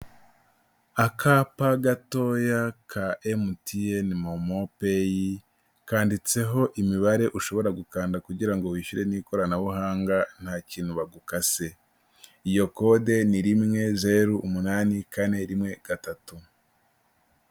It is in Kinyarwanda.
Akapa gatoya ka MTN MoMoPay kanditseho imibare ushobora gukanda kugirango ngo wishyure n'ikoranabuhanga nta kintu bagukase, iyo code ni rimwe zeru umunani kane rimwe gatatu.